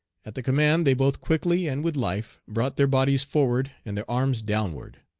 at the command they both quickly, and with life brought their bodies forward and their arms downward